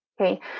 Okay